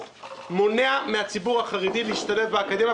מונעים מן הציבור החרדי להשתלב באקדמיה,